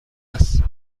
است